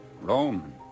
Rome